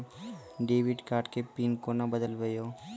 Debit card के PIN कोना के बदलबै यो?